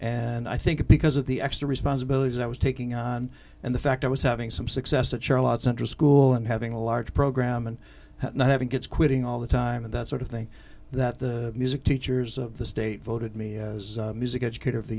and i think because of the extra responsibilities i was taking on and the fact i was having some success at charlotte central school and having a large program and not having kids quitting all the time and that sort of thing that the music teachers of the state voted me as music educat